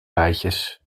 bijtjes